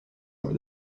over